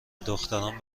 دختران